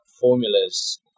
formulas